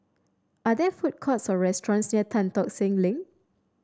are there food courts or restaurants near Tan Tock Seng Link